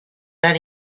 then